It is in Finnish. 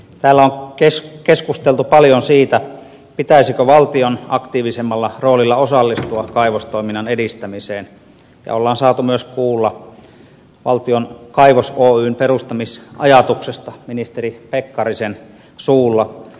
täällä on keskusteltu paljon siitä pitäisikö valtion aktiivisemmalla roolilla osallistua kaivostoiminnan edistämiseen ja on saatu myös kuulla valtion kaivos oyn perustamisajatuksesta ministeri pekkarisen suulla